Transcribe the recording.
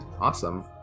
Awesome